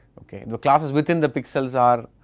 okay, the classes within the pixels are,